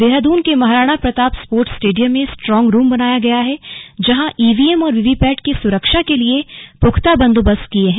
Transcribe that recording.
देहरादून के Maharana Pratap sports stadium में strong room बनाया गया है जहां ईवीएम और वीवीपैट की सुरक्षा के लिए पुख्ता बंदोबस्त किए हैं